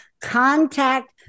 Contact